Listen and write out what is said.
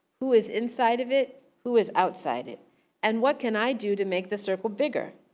who is inside of it, who is outside it and what can i do to make the circle bigger?